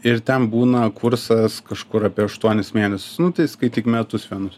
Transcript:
ir ten būna kursas kažkur apie aštuonis mėnesius nu tai skaityk metus vienus